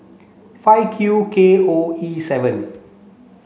five Q K O E seven